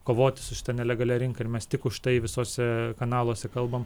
kovoti su šita nelegalia rinka ir mes tik už tai visuose kanaluose kalbam